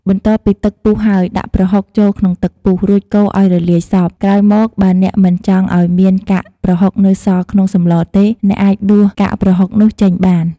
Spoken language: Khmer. បន្ទាប់ពីទឹកពុះហើយ ដាក់ប្រហុកចូលក្នុងទឹកពុះ រួចកូរឲ្យរលាយសព្វ ក្រោយមកបើអ្នកមិនចង់ឲ្យមានកាកប្រហុកនៅសល់ក្នុងសម្លរទេ អ្នកអាចដួសកាកប្រហុកនោះចេញបាន។